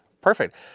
Perfect